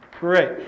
Great